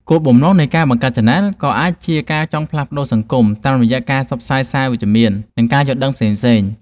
គោលបំណងនៃការបង្កើតឆានែលក៏អាចជាការចង់ផ្លាស់ប្តូរសង្គមតាមរយៈការផ្សព្វផ្សាយសារវិជ្ជមាន និងការយល់ដឹងផ្សេងៗ។